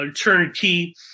turnkey